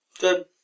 Good